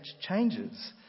changes